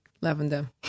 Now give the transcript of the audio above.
Lavender